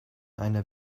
einer